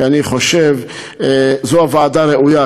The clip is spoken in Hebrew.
כי אני חושב שזו הוועדה הראויה,